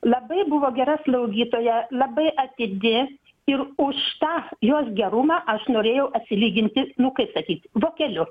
labai buvo gera slaugytoja labai atidi ir už tą jos gerumą aš norėjau atsilyginti nu kaip sakyt vokeliu